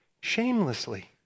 shamelessly